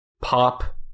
pop